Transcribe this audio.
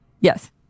Yes